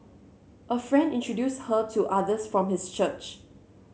a friend introduced her to others from his church